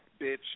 bitch